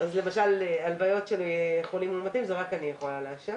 הלוויות של חולים מאומתים, רק אני יכולה לאשר.